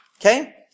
Okay